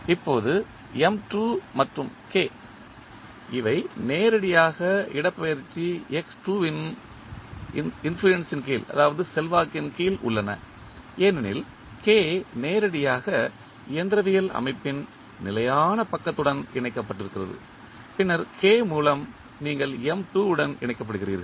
இப்போது M2 மற்றும் K இவை நேரடியாக இடப்பெயர்ச்சி x2 இன் செல்வாக்கின் கீழ் உள்ளன ஏனெனில் K நேரடியாக இயந்திரவியல் அமைப்பின் நிலையான பக்கத்துடன் இணைக்கப்பட்டுள்ளது பின்னர் K மூலம் நீங்கள் M2 உடன் இணைக்கப்படுகிறீர்கள்